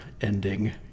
ending